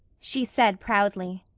she said proudly.